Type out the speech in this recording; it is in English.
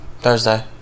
Thursday